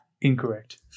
incorrect